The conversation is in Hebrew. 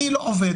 אני לא עובד.